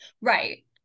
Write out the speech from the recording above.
right